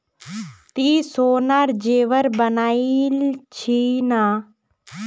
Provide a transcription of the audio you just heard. ती सोनार जेवर बनइल छि न